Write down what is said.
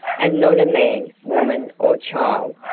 and not a man, woman or child,